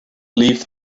leave